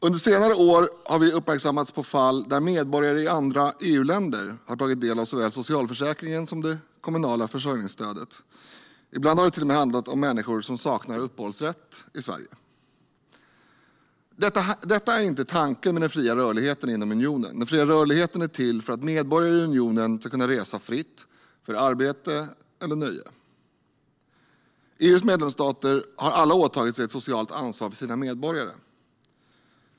Under senare år har vi uppmärksammats på fall där medborgare i andra EU-länder har tagit del av såväl socialförsäkringen som det kommunala försörjningsstödet. Ibland har det till och med handlat om människor som saknar uppehållsrätt i Sverige. Detta är inte tanken med den fria rörligheten inom unionen. Den fria rörligheten är till för att medborgare i unionen ska kunna resa fritt för arbete eller nöje. EU:s medlemsstater har alla åtagit sig ett socialt ansvar för sina medborgare.